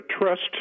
trust